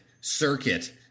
circuit